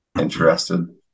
interested